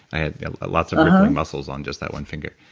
i had lots of muscles on just that one finger.